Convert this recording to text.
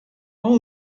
all